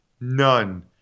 None